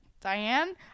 Diane